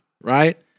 right